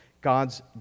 God's